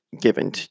given